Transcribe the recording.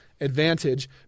advantage